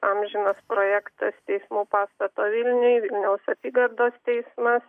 amžinas projektas teismų pastato vilniuje vilniaus apygardos teismas